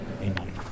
Amen